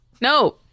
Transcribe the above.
No